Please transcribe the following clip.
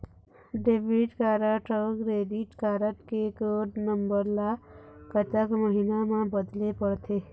Debit card अऊ credit card के code number ला कतक महीना मा बदले पड़थे?